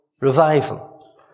revival